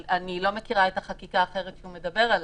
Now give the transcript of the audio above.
אבל אני לא מכירה את החקיקה האחרת שהוא מדבר עליה.